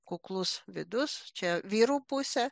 kuklus vidus čia vyrų pusė